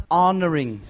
honoring